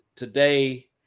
Today